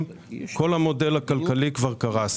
כל המודל הכלכלי כבר קרס.